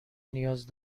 نیاز